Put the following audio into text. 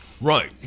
Right